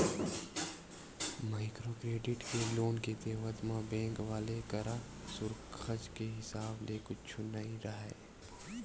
micro credit के loan के देवत म बेंक वाले करा सुरक्छा के हिसाब ले कुछु नइ राहय